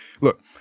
look